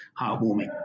heartwarming